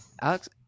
Alex